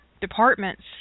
departments